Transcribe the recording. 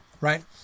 right